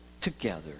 together